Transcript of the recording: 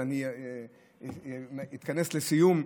אז אני אתכנס לסיום.